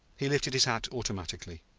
he lifted his hat automatically.